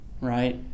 right